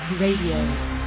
Radio